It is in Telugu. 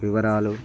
వివరాలు